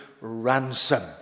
ransom